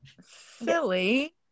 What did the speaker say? Silly